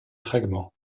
fragments